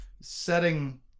setting